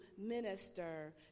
minister